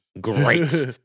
great